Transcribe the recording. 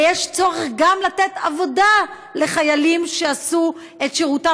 ושיש צורך גם לתת עבודה לחיילים שעשו את שירותם